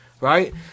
right